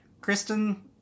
Kristen